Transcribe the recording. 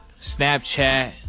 Snapchat